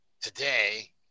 today